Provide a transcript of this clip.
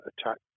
attack